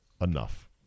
enough